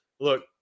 Look